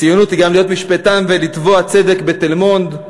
ציונות היא גם להיות משפטן ולתבוע צדק בתל-מונד,